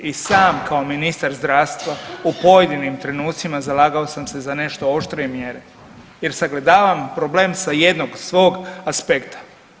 I sam kao ministar zdravstva u pojedinim trenucima zalagao sam se za nešto oštrije mjere jer sagledavam problem sa jednog svog aspekta.